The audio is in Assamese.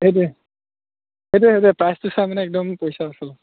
সেইটোৱে সেইটোৱে সেইটোৱে প্ৰাইচটো চাই মানে একদম পইচা উচুল